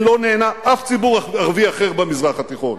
לא נהנה אף ציבור ערבי אחר במזרח התיכון,